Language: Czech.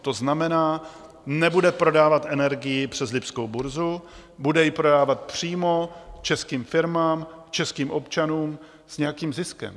To znamená, nebude prodávat energii přes lipskou burzu, bude ji prodávat přímo českým firmám, českým občanům s nějakým ziskem.